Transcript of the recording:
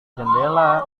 jendela